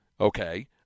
Okay